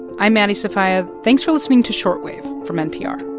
i'm maddie sofia. thanks for listening to short wave from npr